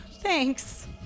Thanks